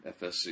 FSC